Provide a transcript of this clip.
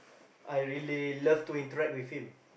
I really love to interact with him